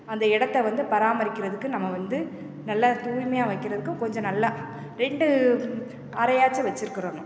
அந்த இடத்த வந்து பராமரிக்கிறதுக்கு நம்ம வந்து நல்லா தூய்மையாக வைக்கறதுக்கு கொஞ்ச நல்லா ரெண்டு அறையாச்சும் வச்சிருக்கறோனு